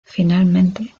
finalmente